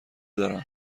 دارم